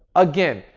again,